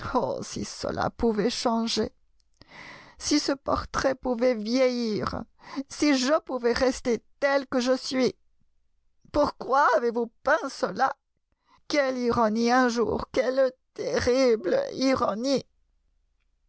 si cela pouvait changer si ce portrait pouvait vieillir si je pouvais rester tel que je suis pourquoi avez vous peint cela quelle ironie un jour quelle terrible ironie